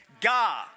God